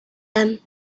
them